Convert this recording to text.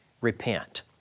repent